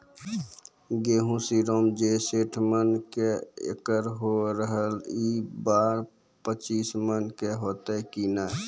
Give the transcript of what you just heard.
गेहूँ श्रीराम जे सैठ मन के एकरऽ होय रहे ई बार पचीस मन के होते कि नेय?